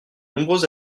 nombreux